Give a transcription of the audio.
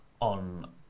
on